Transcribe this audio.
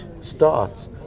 starts